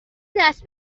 دست